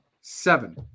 Seven